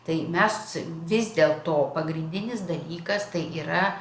tai mes vis dėlto pagrindinis dalykas tai yra